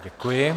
Děkuji.